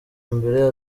mbere